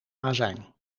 azijn